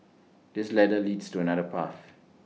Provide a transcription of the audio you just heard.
this ladder leads to another path